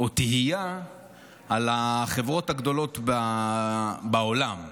או תהייה על החברות הגדולות בעולם,